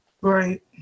Right